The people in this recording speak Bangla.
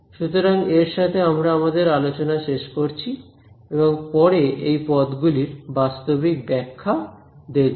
সুতরাং এর সাথে আমরা আমাদের আলোচনা শেষ করছি এবং পরে এই পদগুলির বাস্তবিক ব্যাখ্যা দেখব